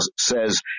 says